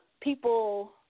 people